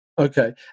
okay